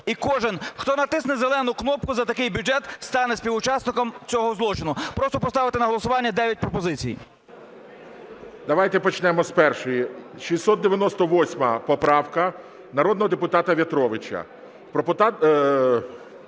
І кожен, хто натисне зелену кнопку за такий бюджет, стане співучасником цього злочину. Просто поставити на голосування дев'ять пропозицій. ГОЛОВУЮЧИЙ. Давайте почнемо з першої. 698 поправка народного депутата В'ятровича. Пропозиція